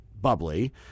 bubbly